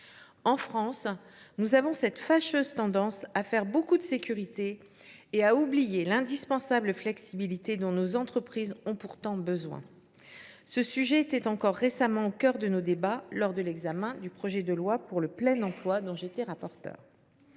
En France, nous avons cette fâcheuse tendance à faire beaucoup de sécurité et à oublier l’indispensable flexibilité, dont nos entreprises ont pourtant besoin. Ce sujet était encore récemment au cœur de nos débats lors de l’examen du projet de loi pour le plein emploi, dont j’étais rapporteur.